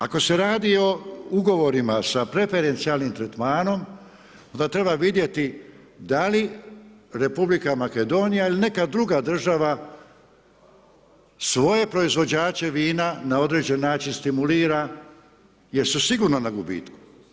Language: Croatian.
Ako se radi o ugovorima sa preferencijalnim tretmanom, onda treba vidjeti da li Republika Makedonija ili neka druga država svoje proizvođače vina na određen način stimulira jer su sigurno na gubitku.